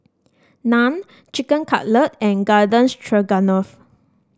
Naan Chicken Cutlet and Garden Stroganoff